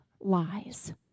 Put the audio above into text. lies